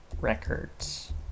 records